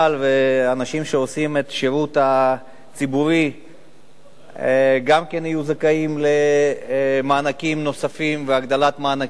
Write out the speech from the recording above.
ואנשים שעושים שירות ציבורי יהיו זכאים למענקים נוספים ולהגדלת מענקים.